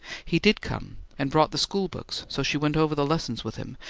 he did come, and brought the school books so she went over the lessons with him,